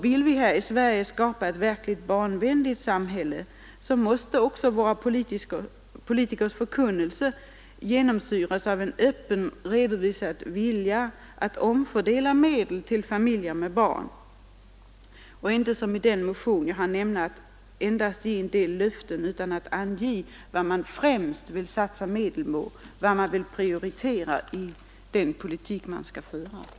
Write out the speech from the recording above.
Vill vi i Sverige skapa ett verkligt barnvänligt samhälle, måste också våra politikers förkunnelse genomsyras av en öppet redovisad vilja att omfördela medel till familjer med barn. Man får inte, som i den motion jag nämnde, endast ge en del löften utan att ange vad man främst vill satsa medel på. Det gäller att tala om vad man vill prioritera i den politik som skall föras.